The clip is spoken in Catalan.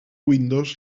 windows